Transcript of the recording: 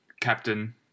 captain